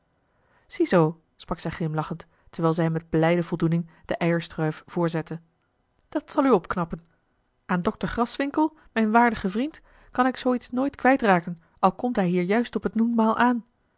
ziezoo sprak zij glimlachend terwijl zij hem met blijde voldoening de eierstruif voorzette dat zal u opknappen aan dokter graswinckel mijn waardigen vriend kan ik zoo iets nooit kwijt raken al komt hij hier juist op het noenmaal aan